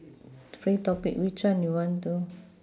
free topic which one you want do